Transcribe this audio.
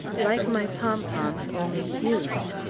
like my pom-poms, only huge.